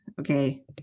okay